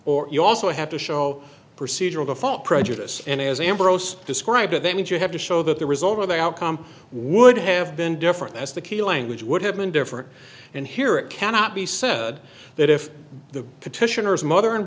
or you also have to show procedural default prejudice and as ambrose described it that means you have to show that the result of that outcome would have been different that's the key language would have been different and here it cannot be said that if the petitioners mother and